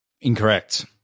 Incorrect